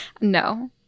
No